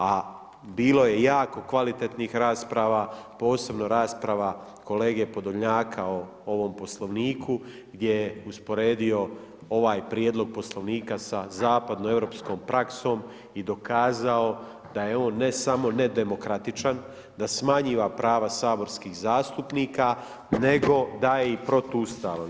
A bilo je jako kvalitetnih rasprava, posebno rasprava kolege Podolnjaka o ovom Poslovniku gdje je usporedio ovaj Prijedlog Poslovnika sa zapadnoeuropskom praksom i dokazao da je on ne samo nedemokratičan, da smanjiva prava saborskih zastupnika nego da je i protuustavan.